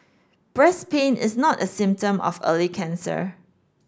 breast pain is not a symptom of early cancer